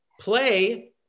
Play